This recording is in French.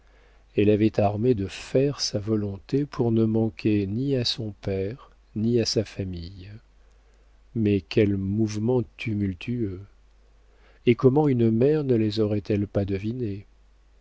elle avait armé de fer sa volonté pour ne manquer ni à son père ni à sa famille mais quels mouvements tumultueux et comment une mère ne les aurait-elle pas devinés